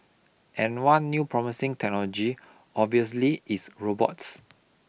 and one new promising technology obviously is robots